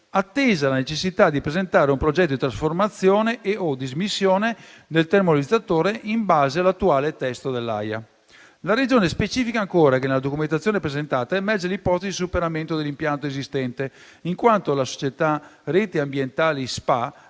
attesa la necessità di presentare un progetto di trasformazione e/o dismissione del termovalorizzatore in base all'attuale testo dell'AIA. La Regione specifica ancora che nella documentazione presentata emerge l'ipotesi di superamento dell'impianto esistente, in quanto la società Reti ambiente SpA